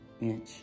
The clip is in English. inch